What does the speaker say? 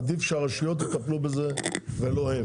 עדיף שהרשויות יטפלו בזה ולא הם,